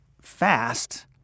fast